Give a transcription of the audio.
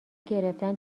گرفتن